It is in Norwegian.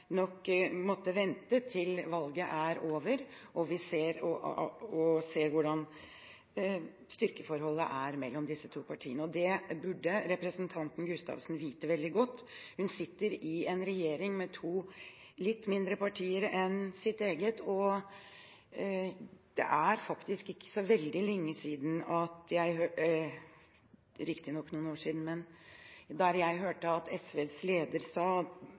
vente til valget er over og vi ser hvordan styrkeforholdet er mellom disse to partiene. Det burde representanten Gustavsen vite veldig godt, hun sitter i en regjering med to litt mindre partier enn sitt eget. Det er faktisk ikke så veldig lenge siden – det er riktignok noen år siden – jeg hørte at SVs leder sa